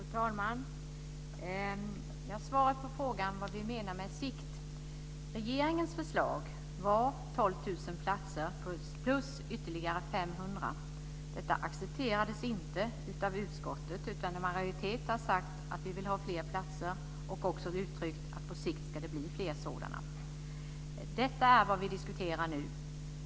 Fru talman! Jag ska svara på frågan vad vi menar på sikt. Regeringens förslag var 12 000 platser plus ytterligare 500. Detta accepterades inte av utskottet, utan en majoritet har sagt att man vill ha fler platser och även uttryckt att det på sikt ska bli fler sådana. Detta är vad vi diskuterar nu.